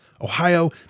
Ohio